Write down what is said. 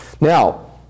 Now